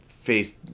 face